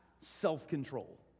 self-control